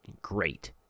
great